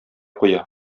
куя